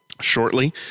shortly